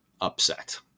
upset